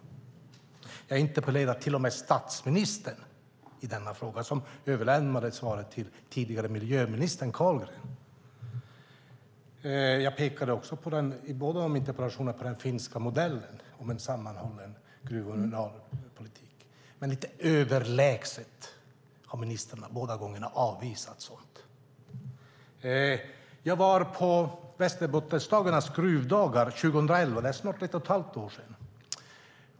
Jag har interpellerat till och med statsministern, som överlämnade svaret till tidigare miljöministern Carlgren. I båda interpellationerna pekade jag på den finska modellen om en sammanhållen gruv och mineralpolitik. Men båda gångerna har ministern lite överlägset avvisat det. Jag var på Västerbottensdagarnas gruvdagar 2011, för snart ett och ett halvt år sedan.